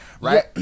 Right